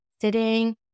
sitting